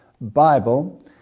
Bible